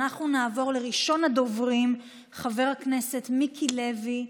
ואנחנו נעבור לראשון הדוברים, חבר הכנסת מיקי לוי.